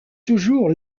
toujours